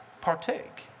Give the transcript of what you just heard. partake